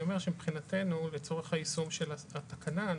אומר שמבחינתנו לצורך היישום של התקנה,